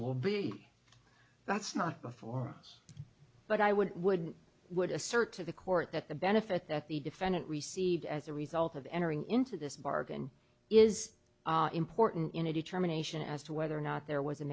will be that's not before us but i would would would assert to the court that the benefit that the defendant received as a result of entering into this bargain is important in a determination as to whether or not there was